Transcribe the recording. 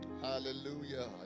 hallelujah